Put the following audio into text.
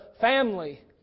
family